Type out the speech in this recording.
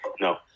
No